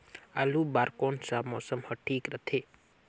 आलू बार कौन सा मौसम ह ठीक रथे?